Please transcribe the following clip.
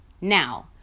Now